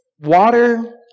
water